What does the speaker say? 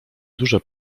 duże